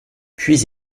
puis